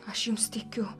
aš jums tikiu